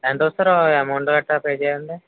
ఎంత అవుతుంది సార్ ఆ అమౌంట్ గట్టా పే చెయ్యాలంటే